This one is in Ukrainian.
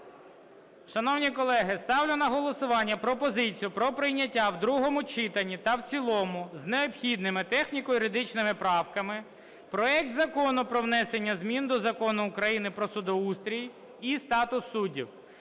Шановні колеги, ставлю на голосування пропозицію про прийняття в другому читанні та в цілому з необхідними техніко-юридичними правками проект Закону про внесення змін до Закону України "Про судоустрій і статус суддів"